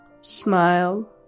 smile